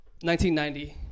1990